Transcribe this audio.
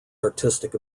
artistic